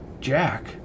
Jack